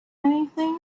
anything